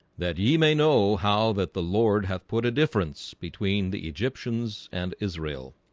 that ye may know how that the lord hath put a difference between the egyptians and israel